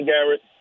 Garrett